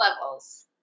levels